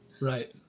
Right